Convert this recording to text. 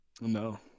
No